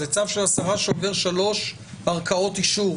זה צו של השרה שעובר שלוש ערכאות אישור,